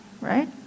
right